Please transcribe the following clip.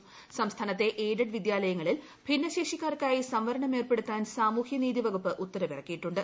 സാസ്മാനത്തെ aided വിദ്യാലയങ്ങളിൽ ഭിന്നശേഷിക്കാർക്കായി സംവരണം ഏർപ്പെടുത്താൻ സാമൂഹ്യ ന്റീതി വകുപ്പ് ഉത്തരവിറക്കിയിട്ടുണ്ട്